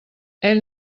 ell